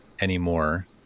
anymore